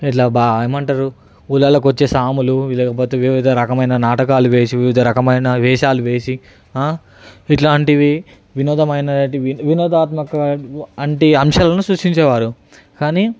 ఇట్లా బాగా ఏమంటారు ఊళ్ళలో వచ్చే సాములు వి లేకపోతే వివిధ రకమైన నాటకాలు వేసి వివిధ రకమైన వేషాలు వేసి ఇలాంటివి వినోదమైనవి వినోదాత్మక వంటి అంశాలని సృష్టించే వారు కానీ